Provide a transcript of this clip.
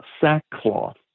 sackcloth